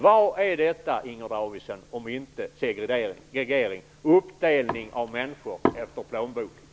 Vad är detta, Inger Davidson, om inte segregering och uppdelning av människor efter plånboken?